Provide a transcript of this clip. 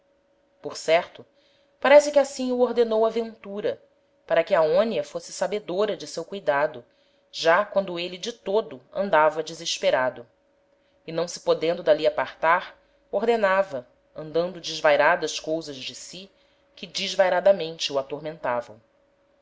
por certo parece que assim o ordenou a ventura para que aonia fosse sabedora de seu cuidado já quando êle de todo andava desesperado e não se podendo d'ali apartar ordenava andando desvairadas cousas de si que desvairadamente o atormentavam